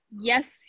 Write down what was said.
Yes